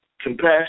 compassion